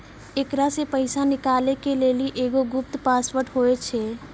एकरा से पैसा निकालै के लेली एगो गुप्त पासवर्ड होय छै